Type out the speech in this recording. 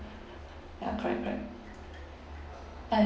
ya correct correct ya